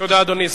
תודה, אדוני.